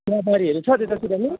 चियाबारीहरू छ त्यतातिर नि